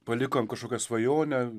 palikom kažkokią svajonę